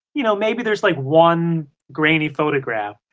you know, maybe there's like one grainy photograph.